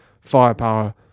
firepower